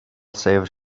saved